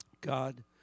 God